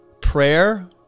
Prayer